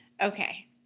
Okay